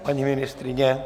Paní ministryně?